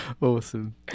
Awesome